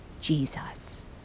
Jesus